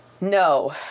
No